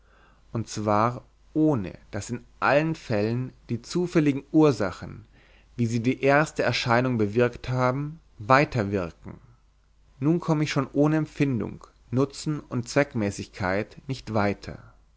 und zwar ohne daß in allen fällen die zufälligen ursachen wie sie die erste erscheinung bewirkt haben weiter wirkten nun komme ich schon ohne empfindung nutzen und zweckmäßigkeit nicht weiter